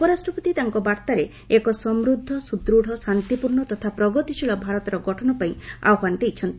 ଉପରାଷ୍ଟ୍ରପତି ତାଙ୍କ ବାର୍ତ୍ତାରେ ଏକ ସମୃଦ୍ଧ ସୁଦୃତ୍ ଶାନ୍ତିପୂର୍ଣ୍ଣ ତଥା ପ୍ରଗତିଶୀଳ ଭାରତର ଗଠନପାଇଁ ଆହ୍ୱାନ ଦେଇଛନ୍ତି